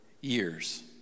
years